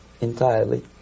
entirely